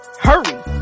Hurry